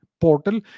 portal